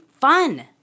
fun